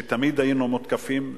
שתמיד היינו מותקפים בהן.